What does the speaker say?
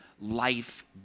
life